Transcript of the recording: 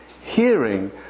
hearing